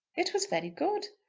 it was very good.